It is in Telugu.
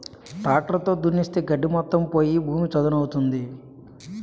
ట్రాక్టర్ తో దున్నిస్తే గడ్డి మొత్తం పోయి భూమి చదును అవుతుంది